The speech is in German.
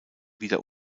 wieder